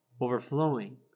overflowing